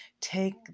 take